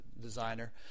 designer